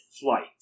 flight